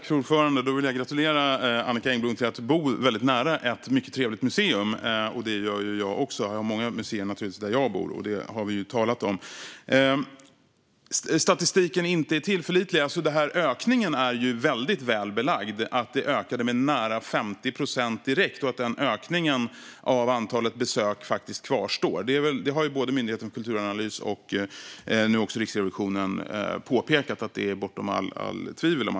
Fru talman! Då vill jag gratulera Annicka Engblom till att bo väldigt nära ett mycket trevligt museum. Det gör jag också. Jag har naturligtvis många museer där jag bor, och det har vi ju talat om. När det gäller att statistiken inte skulle vara tillförlitlig är ju ökningen väldigt väl belagd. Att antalet besök ökade med nära 50 procent direkt och att den ökningen kvarstår har både Myndigheten för kulturanalys och Riksrevisionen pekat på. Att det är så är bortom allt tvivel.